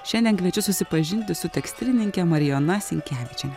šiandien kviečiu susipažinti su tekstilininke marijona sinkevičiene